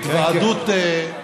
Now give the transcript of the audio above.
התוועדות,